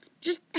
Just